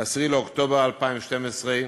10 באוקטובר 2012,